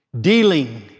dealing